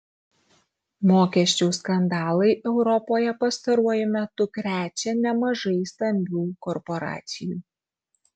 mokesčių skandalai europoje pastaruoju metu krečia nemažai stambių korporacijų